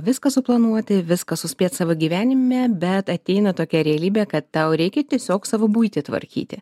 viską suplanuoti viską suspėt savo gyvenime bet ateina tokia realybė kad tau reikia tiesiog savo buitį tvarkyti